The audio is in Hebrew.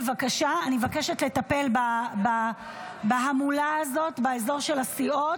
אני מבקשת לטפל בהמולה הזאת באזור של הסיעות.